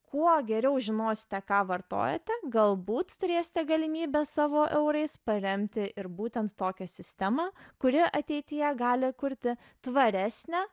kuo geriau žinosite ką vartojate galbūt turėsite galimybę savo eurais paremti ir būtent tokią sistemą kuri ateityje gali kurti tvaresnę